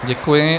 Děkuji.